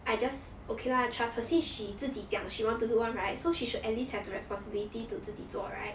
I just okay lah trust her since she 自己讲 she want to do [one] right so she should at least have the responsibility to 自己做 right